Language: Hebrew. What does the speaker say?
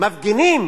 מפגינים